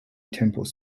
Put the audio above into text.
temple